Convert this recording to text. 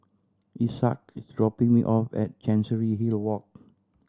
Isaak is dropping me off at Chancery Hill Walk